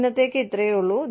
ഇന്നത്തേക്ക് ഇത്രയൊള്ളു